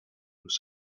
nous